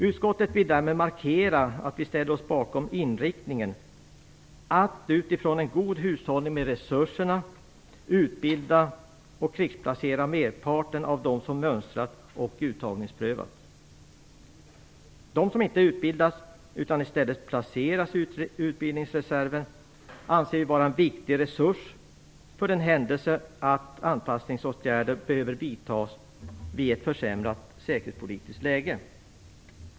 Utskottet vill därmed markera att man ställer sig bakom inriktningen att - utifrån en god hushållning med resurserna - utbilda och krigsplacera merparten av dem som mönstrat och uttagningsprövats. De som inte utbildas utan i stället placeras i utbildningsreserven är en viktig resurs för den händelse att anpassningsåtgärder behöver vidtas vid ett försämrat säkerhetspolitiskt läge.